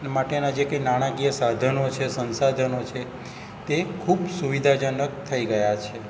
માટેનાં જે કંઇ નાણાકીય સાધનો છે સંસાધનો છે તે ખૂબ સુવિધાજનક થઈ ગયાં છે